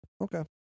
Okay